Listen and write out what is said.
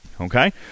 Okay